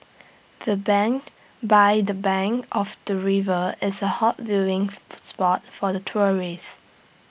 the bench by the bank of the river is A hot viewing spot for the tourists